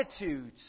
attitudes